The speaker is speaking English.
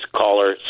caller